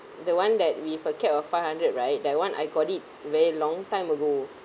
the one that with a cap of five hundred right that one I got it very long time ago